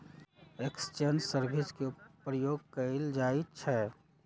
विदेश जाय के लेल मुद्रा के विनिमय लेल फॉरेन एक्सचेंज सर्विस के प्रयोग कएल जाइ छइ